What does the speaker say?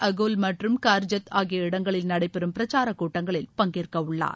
Akol மற்றும் கார்ஜத் ஆகிய இடங்களில் நடைபெறும் பிரக்சாரக் கூட்டங்களில் பங்கேற்கவுள்ளார்